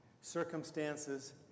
circumstances